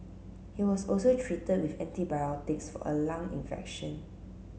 he was also treated with antibiotics for a lung infection